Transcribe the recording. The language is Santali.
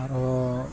ᱟᱨᱚ